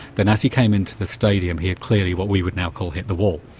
then as he came into the stadium he had clearly what we would now call hit the wall.